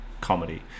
comedy